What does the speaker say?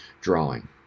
drawing